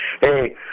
Hey